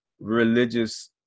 religious